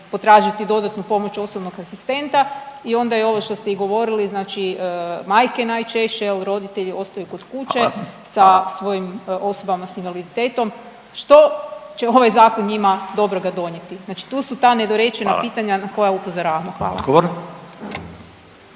potražiti dodatnu pomoć osobnog asistenta i onda je ovo što ste i govorili, znači, majke najčešće, je li, roditelji ostaju kod kuće … .../Upadica: Hvala. Hvala./... … sa svojim osobama s invaliditetom. Što će ovaj Zakon njima dobroga donijeti? Znači tu su ta nedorečena … .../Upadica: Hvala./...